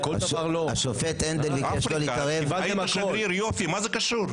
היית שגריר, יופי, מה זה קשור?